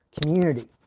community